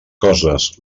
coses